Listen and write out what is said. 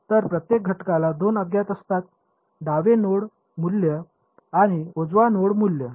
तर प्रत्येक घटकाला दोन अज्ञात असतात डावे नोड मूल्य आणि उजवा नोड मूल्य